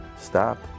Stop